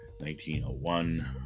1901